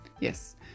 Yes